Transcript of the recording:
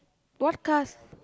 what cars